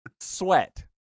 sweat